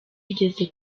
yigeze